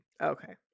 Okay